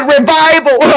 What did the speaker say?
Revival